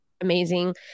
amazing